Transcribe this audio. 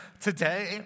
today